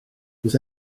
wrth